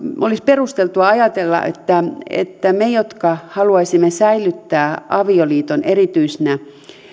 olisi myös perusteltua ajatella että kun on meitä jotka haluaisimme säilyttää avioliiton erityisenä